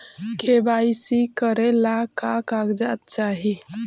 KYC करे ला का का कागजात चाही?